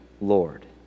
Lord